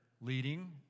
leading